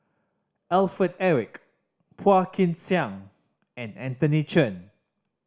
Alfred Eric Phua Kin Siang and Anthony Chen